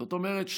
זאת אומרת,